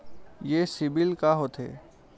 ये सीबिल का होथे?